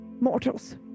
Mortals